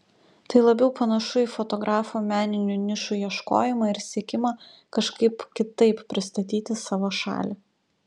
tai labiau panašu į fotografo meninių nišų ieškojimą ir siekimą kažkaip kitaip pristatyti savo šalį